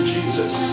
Jesus